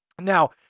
Now